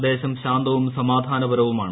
പ്രദേശം ശാന്തവും സമാധാനപരവുമാണ്